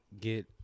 get